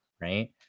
right